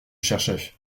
cherchais